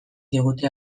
digute